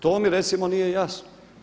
To mi recimo nije jasno.